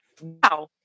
wow